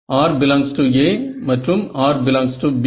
r ∈ A மற்றும் r ∈ B